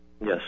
Yes